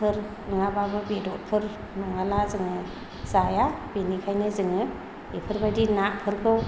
नङाब्लाबो बेदरफोर नङाला जोङो जाया बिनिखायनो जोङो बेफोरबायदि नाफोरखौ